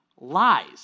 lies